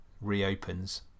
reopens